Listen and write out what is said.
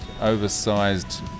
oversized